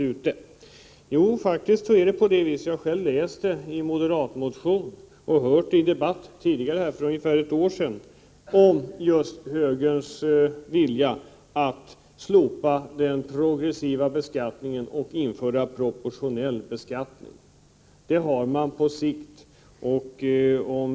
Det är faktiskt så — jag har själv läst om det i en moderatmotion och jag har hört det sägas i debatter tidigare, för ungefär ett år sedan — att högern vill slopa den progressiva beskattningen och i stället införa proportionell beskattning. Det är man på sikt inne på.